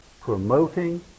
promoting